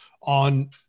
on